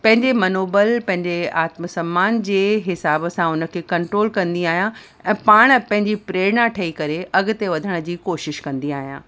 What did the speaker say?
पंहिंजे मनोबल पंहिंजे आत्मसम्मान जे हिसाब सां हुन खे कंट्रोल कंदी आहियां ऐं पाण पंहिंजी प्रेरणा ठही करे अॻिते वधण जी कोशिशि कंदी आहियां